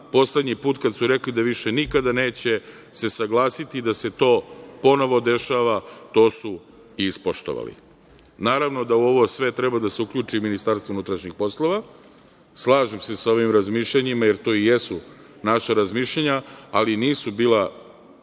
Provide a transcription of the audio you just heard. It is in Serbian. poslednji put kada su rekli da više nikada neće se saglasiti da se to ponovo dešava to su i ispoštovali. Naravno da u ovo sve treba da se uključi MUP. Slažem se sa ovim razmišljanjima, jer to i jesu naša razmišljanja, ali nisu bila